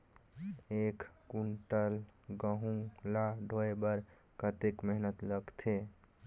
एक कुंटल गहूं ला ढोए बर कतेक मेहनत लगथे?